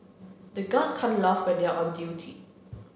the guards can't laugh when they are on duty